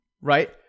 right